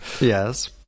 yes